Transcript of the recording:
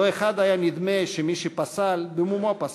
לא אחת היה נדמה, שמי שפסל, במומו פסל,